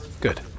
Good